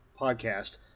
podcast